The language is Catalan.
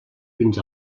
fins